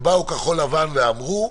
ובאו כחול לבן ואמרו: